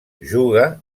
juga